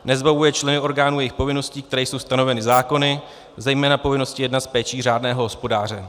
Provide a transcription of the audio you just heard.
Nezbavuje členy orgánů jejich povinností, které jsou stanoveny zákony, zejména povinnosti jednat s péčí řádného hospodáře.